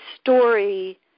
story